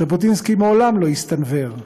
ז'בוטינסקי מעולם לא הסתנוור,